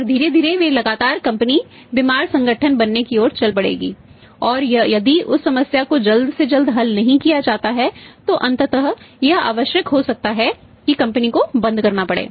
और धीरे धीरे वे लगातार कंपनी बीमार संगठन बनने की ओर चल पड़ेगी और यदि उस समस्या को जल्द से जल्द हल नहीं किया जाता है तो अंततः यह आवश्यक हो सकता है कि कंपनी को बंद करना पड़े